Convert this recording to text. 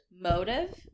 Motive